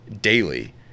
daily